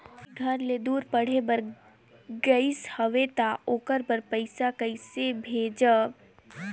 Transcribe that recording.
कोई घर ले दूर पढ़े बर गाईस हवे तो ओकर बर पइसा कइसे भेजब?